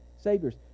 saviors